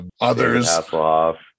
others